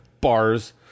bars